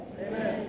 Amen